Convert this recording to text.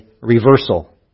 reversal